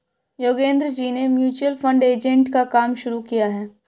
योगेंद्र जी ने mutual fund agent का काम शुरू किया है